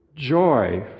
Joy